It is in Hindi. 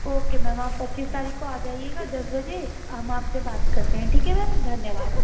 ओके मैम आप पच्चीस तारिख़ को आ जाइएगा दस बजे हम आप से बात करते हैं ठिक है मैम धन्यवाद